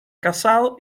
casado